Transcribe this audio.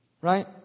right